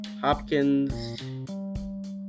Hopkins